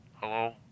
Hello